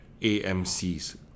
AMCs